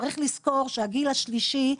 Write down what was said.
צריך לזכור שהגיל השלישי,